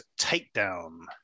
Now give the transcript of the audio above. Takedown